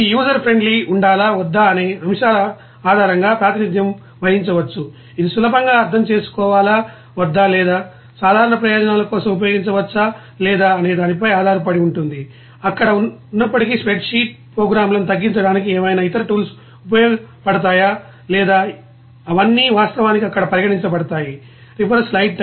ఇది యూజర్ ఫ్రెండ్లీగా ఉండాలా వద్దా అనే అంశాల ఆధారంగా ప్రాతినిధ్యం వహించవచ్చు ఇది సులభంగా అర్థం చేసుకోవాలా వద్దా లేదా సాధారణ ప్రయోజనాల కోసం ఉపయోగించవచ్చా లేదా అనేదానిపై ఆధారపడి ఉంటుందిఅక్కడ ఉన్నప్పటికీ స్ప్రెడ్షీట్ ప్రోగ్రామ్లను తగ్గించడానికి ఏవైనా ఇతర టూల్స్ ఉపయోగపడతాయా లేదా అవన్నీ వాస్తవానికి అక్కడ పరిగణించబడతాయి